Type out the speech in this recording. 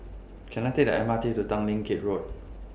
Can I Take The M R T to Tanglin Gate Road